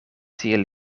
tiel